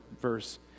verse